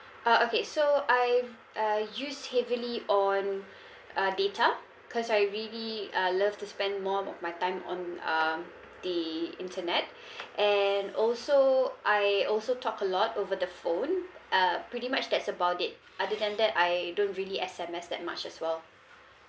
uh okay so I uh use heavily on uh data cause I really uh love to spend more of my time on uh the internet and also I also talk a lot over the phone uh pretty much that's about it other than that I don't really S_M_S that much as well